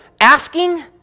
asking